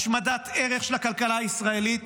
השמדת ערך של הכלכלה הישראלית